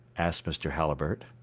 asked mr. halliburtt.